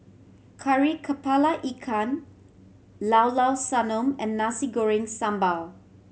Kari Kepala Ikan Llao Llao Sanum and Nasi Goreng Sambal